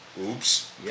Oops